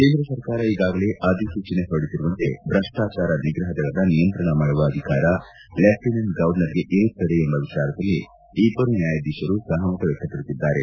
ಕೇಂದ್ರ ಸರ್ಕಾರ ಈಗಾಗಲೇ ಅಧಿಸೂಚನೆ ಹೊರಡಿಸಿರುವಂತೆ ಭ್ರಷ್ಟಾಚಾರ ನಿಗ್ರಹದಳದ ನಿಯಂತ್ರಣ ಮಾಡುವ ಅಧಿಕಾರ ಲೆಫ್ಟಿನೆಂಟ್ ಗವರ್ನರ್ಗೆ ಇರುತ್ತದೆ ಎಂಬ ವಿಚಾರದಲ್ಲಿ ಇಬ್ಬರು ನ್ಯಾಯಾಧೀಶರು ಸಹಮತ ವ್ಯಕ್ತಪಡಿಸಿದ್ದಾರೆ